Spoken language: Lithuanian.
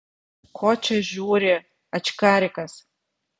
ko čia žiūri ačkarikas